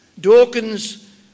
Dawkins